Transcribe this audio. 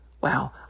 Wow